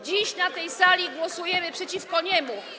Dziś na tej sali głosujemy przeciwko niemu.